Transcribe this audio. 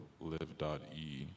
Live.E